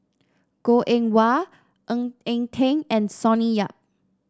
Goh Eng Wah Ng Eng Teng and Sonny Yap